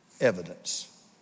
evidence